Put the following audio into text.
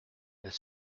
elle